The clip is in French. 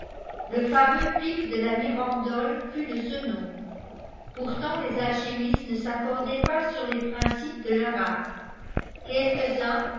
le fameux pic de la miraîndole fut de ce nôtlûbre pourtant les alchitnisles ne s'accor daient pas sur lés principes de leur art